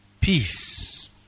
peace